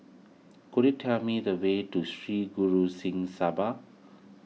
could you tell me the way to Sri Guru Singh Sabha